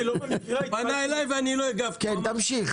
תמשיך,